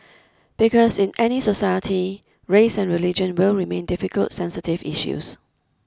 because in any society race and religion will remain difficult sensitive issues